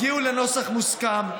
הגיעו לנוסח מוסכם,